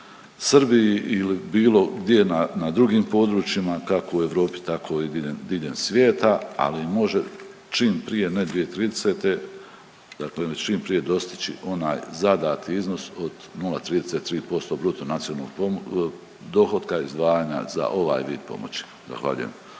Srbiji ili bilo gdje na drugim područjima kako u Europi, tako i diljem svijeta ali može čim prije negdje tridesete, dakle čim prije dostići onaj zadati iznos od 0,33% bruto nacionalnog dohotka izdvajanja za ovaj vid pomoći. Zahvaljujem.